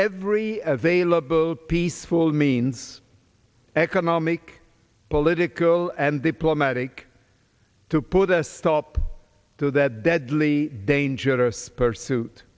every available peaceful means economic political and diplomatic to put a stop to that deadly dangerous pursuit